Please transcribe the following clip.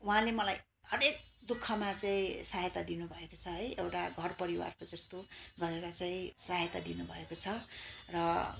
उहाँले मलाई हरेक दु खमा चाहिँ सहायता दिनुभएको छ है एउटा घर परिवारको जस्तो गरेर चाहिँ सहायता दिनुभएको छ र